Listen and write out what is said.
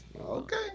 Okay